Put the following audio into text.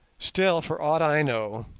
still, for aught i know,